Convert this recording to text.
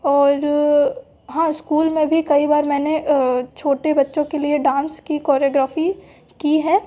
और हाँ इस्कूल में भी कई बार मैंने छोटे बच्चों के लिए डांस की कोरियोग्राेफी की है